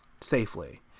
safely